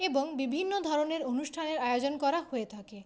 এবং বিভিন্ন ধরনের অনুষ্ঠানের আয়োজন করা হয়ে থাকে